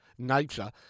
nature